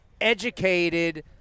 educated